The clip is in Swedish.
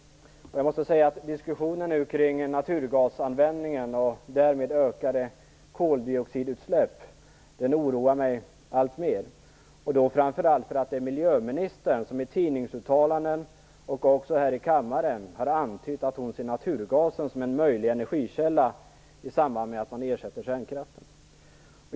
Jag måste säga att den nu aktuella diskussionen kring naturgasanvändningen och därmed ökade koldioxidutsläpp oroar mig alltmer, framför allt därför att det är miljöministern som i tidningsuttalanden och även här i kammaren har antytt att hon ser naturgasen som en möjlig energikälla i samband med att man ersätter kärnkraften.